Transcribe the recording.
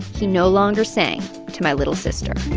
he no longer sang to my little sister